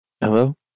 Hello